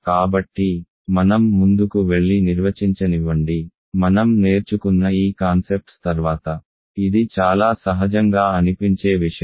కాబట్టి మనం ముందుకు వెళ్లి నిర్వచించనివ్వండి మనం నేర్చుకున్న ఈ కాన్సెప్ట్స్ తర్వాత ఇది చాలా సహజంగా అనిపించే విషయం